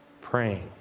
praying